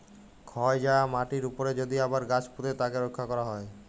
ক্ষয় যায়া মাটির উপরে যদি আবার গাছ পুঁতে তাকে রক্ষা ক্যরা হ্যয়